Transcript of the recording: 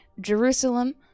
Jerusalem